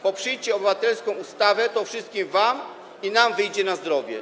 Poprzyjcie obywatelską ustawę - to wszystkim wam i nam wyjdzie na zdrowie.